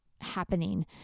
happening